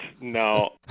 No